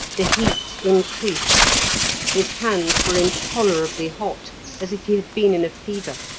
the heat increased his hands were intolerably hot as if he had been in a fever,